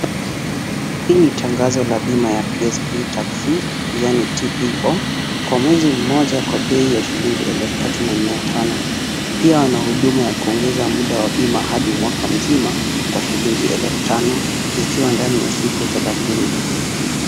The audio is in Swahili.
Hii ni tangazo la bima la p s v taxi yaani t p o kwa mwezi mmoja kwa bei ya shilingi elfu tatu na mia tano. pia wana huduma ya kuongeza bima hadi mwaka mzima kwa shilingi elfu tano ikiwa ndani ya siku thelathini.